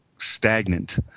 Stagnant